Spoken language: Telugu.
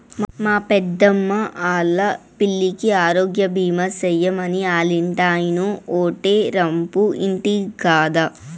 మా పెద్దమ్మా ఆల్లా పిల్లికి ఆరోగ్యబీమా సేయమని ఆల్లింటాయినో ఓటే రంపు ఇంటి గదా